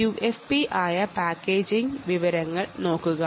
ഇതിനായി QFP packaging വിവരങ്ങൾ നോക്കുക